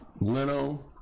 Leno